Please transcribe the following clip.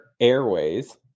Airways